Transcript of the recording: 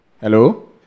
Hello